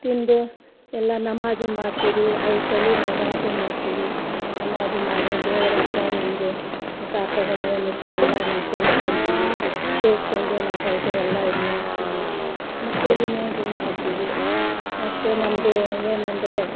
ತಿಂದು ಎಲ್ಲ ನಮಾಜು ಮಾಡ್ತೀರಿ ಐದುಸಲಿ ನಮಾಜು ಮಾಡ್ತೀವಿ ನಮಾಜು ಮಾಡಿ ದೇವ್ರಹತ್ರ ನಮಗೆ ಪಾಪಗಳೇನೈತಿ ಎಲ್ಲ ನಾವು ಕೇಳಿಸ್ಕೊಂತಿವಿ ಕೇಳಿಸ್ಕೊಂಡು ಎಲ್ಲ ಇದ್ಮಾಡ್ತೀವಿ ಮಕ್ಕಳಿಗೆ ಇದ್ಮಾಡ್ತೀವಿ ಅಷ್ಟೇ ನಮ್ಮದು ಏನಂದರೆ